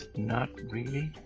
not really.